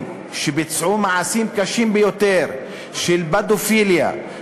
שביצעו מעשים קשים ביותר של פדופיליה,